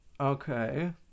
okay